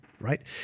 right